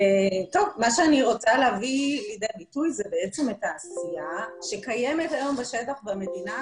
מה שאני רוצה להביא לידי ביטוי זה את העשייה שקיימת היום בשטח והמדינה,